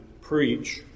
preach